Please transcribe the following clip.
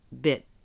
bit